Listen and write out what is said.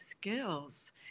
skills